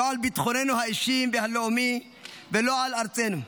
לא על ביטחוננו האישי והלאומי ולא על ארצנו.